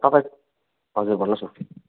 तपाईँ हजुर भन्नुहोस् न